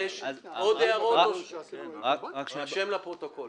--- שיירשם בפרוטוקול